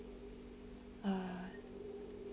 uh